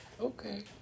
Okay